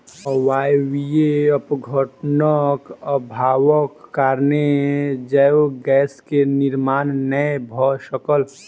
अवायवीय अपघटनक अभावक कारणेँ जैव गैस के निर्माण नै भअ सकल